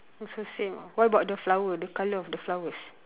also same ah what about the flower the colour of the flowers